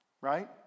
right